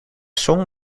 song